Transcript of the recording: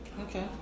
Okay